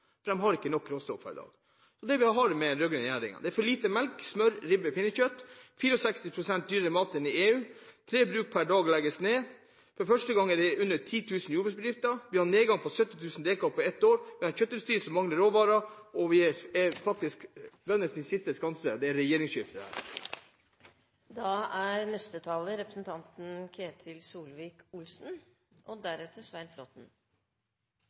for de har ikke nok råstoff i dag. Det man har med den rød-grønne regjeringen, er for lite melk, smør, ribbe og pinnekjøtt – 64 pst. dyrere mat enn i EU, tre bruk per dag legges ned, for første gang er det under 10 000 jordbruksbedrifter, vi har en nedgang på 70 000 dekar på ett år, vi har en kjøttindustri som mangler råvarer. Bøndenes siste sjanse er faktisk et regjeringsskifte. Det er